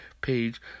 page